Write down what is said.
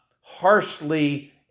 harshly